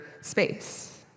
space